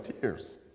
tears